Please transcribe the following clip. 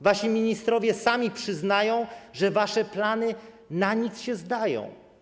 Wasi ministrowie sami przyznają, że wasze plany na nic się zdają.